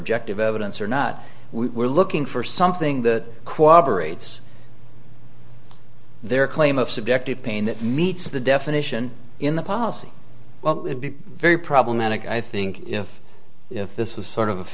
objective evidence or not we are looking for something that cooperate their claim of subjective pain that meets the definition in the policy well be very problematic i think if this was sort of a